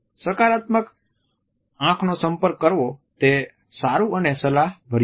સકારાત્મક આંખનો સંપર્ક કરવો તે સારું અને સલાહભર્યું છે